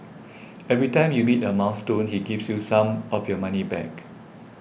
every time you meet a milestone he gives you some of your money back